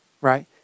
right